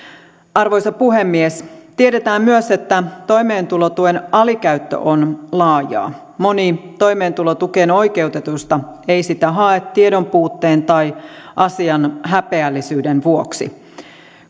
arvoisa puhemies tiedetään myös että toimeentulotuen alikäyttö on laajaa moni toimeentulotukeen oikeutetuista ei sitä hae tiedonpuutteen tai asian häpeällisyyden vuoksi